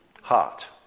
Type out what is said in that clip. Heart